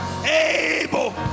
able